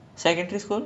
ya it's near